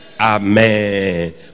Amen